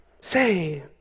Say